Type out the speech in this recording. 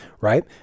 right